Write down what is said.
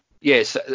yes